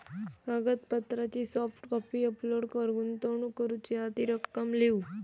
कागदपत्रांची soft copy upload कर, गुंतवणूक करूची हा ती रक्कम लिव्ह